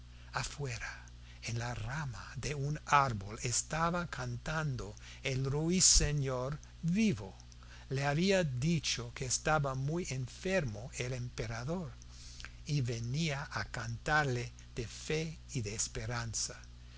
afuera en la rama de un árbol estaba cantando el ruiseñor vivo le habían dicho que estaba muy enfermo el emperador y venía a cantarle de fe y de esperanza